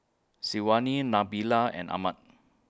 Syazwani Nabila and Ahmad